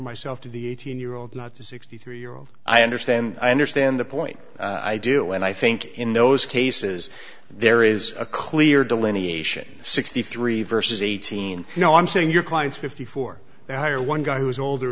myself to the eighteen year old not the sixty three year old i understand i understand the point i do and i think in those cases there is a clear delineation sixty three versus eighteen no i'm saying your clients fifty four they hire one guy who is older